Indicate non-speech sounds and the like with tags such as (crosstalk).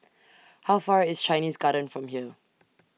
(noise) How Far IS Chinese Garden from here